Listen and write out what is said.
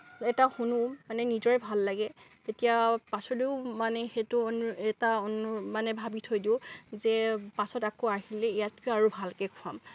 এটা শুনোঁ মানে নিজৰে ভাল লাগে এতিয়া পাচলৈও মানে সেইটো এটা মানে ভাবি থৈ দিওঁ যে পাছত আকৌ আহিলে ইয়াতকৈ আৰু ভালকে খোৱাম